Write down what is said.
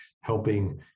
helping